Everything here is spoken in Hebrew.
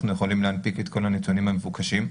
יכולים להנפיק את כל הנתונים המבוקשים.